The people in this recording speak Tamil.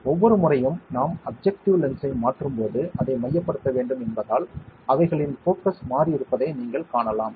ஒவ்வொரு முறையும் நாம் அப்ஜெக்டிவ் லென்ஸை மாற்றும்போது அதை மையப்படுத்த வேண்டும் என்பதால் அவைகளின் போகஸ் மாறியிருப்பதை நீங்கள் காணலாம்